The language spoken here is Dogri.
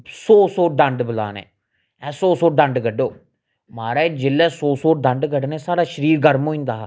सौ सौ डंड बलाने ऐ सौ सौ डंड कड्ढो महाराज जेल्लै सौ सौ डंड कड्ढने साढ़े शरीर गर्म होई जंदा हा